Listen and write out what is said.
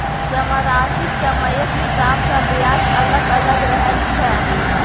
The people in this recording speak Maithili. जमाराशिक समयक हिसाब सँ ब्याज अलग अलग रहैत छै